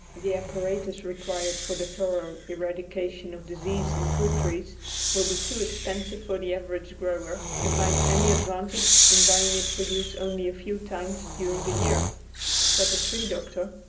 the apparatus required for the thorough eradication of disease in fruit trees will be too expensive for the average grower to find any advantage in buying it for use only a few times during the year but the tree-doctor,